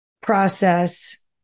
process